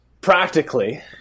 practically –